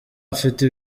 afite